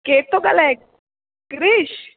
केर थो ॻाल्हाए क्रिश